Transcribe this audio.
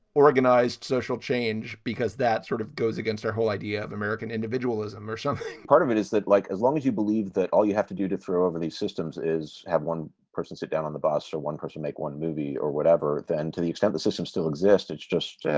organized social change because that sort of goes against our whole idea of american individualism or something part of it is that, like, as long as you believe that all you have to do to throw over these systems is have one person sit down on the bus or one person make one movie or whatever, then to the extent the system still exists, it's just. yeah